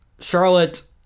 Charlotte